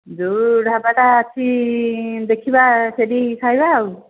ଯୋଉ ଢାବାଟା ଅଛି ଦେଖିବା ସେଇଠି ଖାଇବା ଆଉ